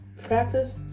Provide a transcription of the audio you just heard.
Practice